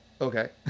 okay